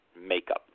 makeup